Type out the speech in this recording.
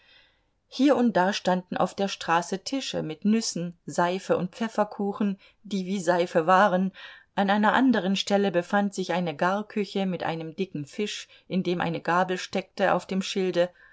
hier und da standen auf der straße tische mit nüssen seife und pfefferkuchen die wie seife waren an einer anderen stelle befand sich eine garküche mit einem dicken fisch in dem eine gabel steckte auf dem schilde